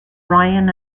ryan